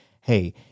Hey